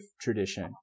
tradition